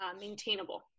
maintainable